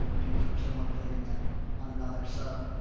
know, being focused on one thing and then on another. so,